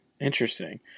Interesting